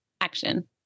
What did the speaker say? action